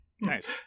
Nice